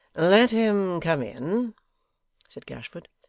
let him come in said gashford.